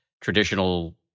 traditional